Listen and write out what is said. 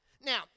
Now